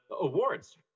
awards